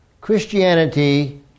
Christianity